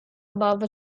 above